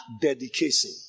dedication